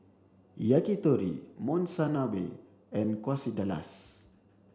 Yakitori Monsunabe and Quesadillas